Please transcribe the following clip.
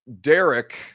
Derek